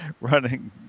running